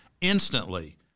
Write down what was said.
instantly